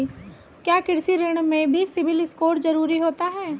क्या कृषि ऋण में भी सिबिल स्कोर जरूरी होता है?